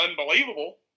unbelievable